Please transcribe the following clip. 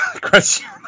question